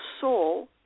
soul